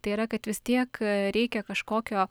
tai yra kad vis tiek reikia kažkokio